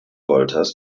wolters